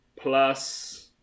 plus